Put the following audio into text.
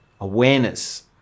awareness